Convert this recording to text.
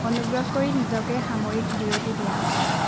অনুগ্ৰহ কৰি নিজকে সাময়িক বিৰতি দিয়া